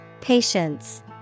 Patience